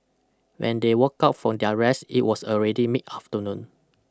when they woke up from their rest it was already mid afternoon